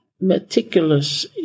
meticulous